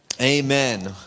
amen